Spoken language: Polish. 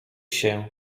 się